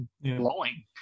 blowing